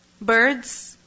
Birds